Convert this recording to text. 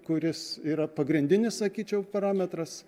kuris yra pagrindinis sakyčiau parametras